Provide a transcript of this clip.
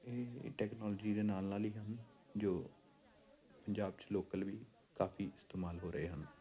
ਇਹ ਟੈਕਨੋਲੋਜੀ ਦੇ ਨਾਲ ਨਾਲ ਹੀ ਹਨ ਜੋ ਪੰਜਾਬ 'ਚ ਲੋਕਲ ਵੀ ਕਾਫ਼ੀ ਇਸਤੇਮਾਲ ਹੋ ਰਹੇ ਹਨ